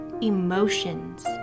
emotions